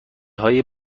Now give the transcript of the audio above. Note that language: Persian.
های